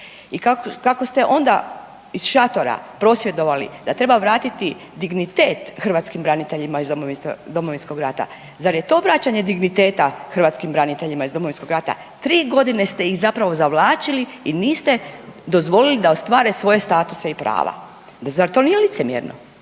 I kako ste onda iz šatora prosvjedovali da treba vratiti dignitet hrvatskim braniteljima iz Domovinskog rata, zar je to vraćanje digniteta hrvatskim braniteljima iz Domovinskog rata? 3 godine ste ih zapravo zavlačili i niste dozvolili da ostvare svoje statuse i prava. Zar to nije licemjerno?